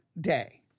day